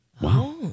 wow